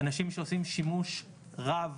אנשים שעושים שימוש רב,